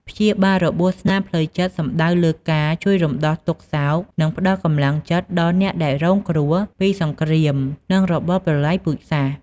ព្យាបាលរបួសស្នាមផ្លូវចិត្តសំដៅលើការ ជួយរំដោះទុក្ខសោក និងផ្តល់កម្លាំងចិត្តដល់អ្នកដែលរងគ្រោះពីសង្គ្រាម និងរបបប្រល័យពូជសាសន៍។